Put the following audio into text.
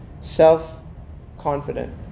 self-confident